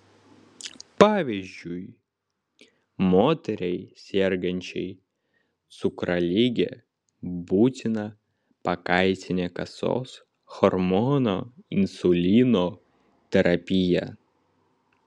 pavyzdžiui moteriai sergančiai cukralige būtina pakaitinė kasos hormono insulino terapija